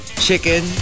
Chicken